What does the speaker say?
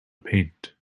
paint